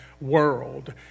world